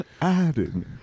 Adding